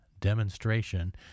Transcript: Demonstration